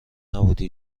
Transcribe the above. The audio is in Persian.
نبوده